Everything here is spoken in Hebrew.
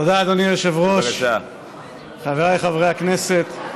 (מניעת שחרור על תנאי ממאסר של מי שהורשע ברצח או בניסיון לרצח),